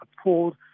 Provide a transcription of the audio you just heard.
appalled